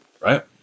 right